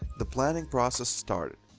the planning process started.